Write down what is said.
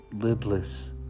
lidless